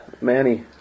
Manny